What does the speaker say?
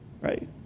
right